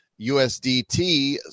usdt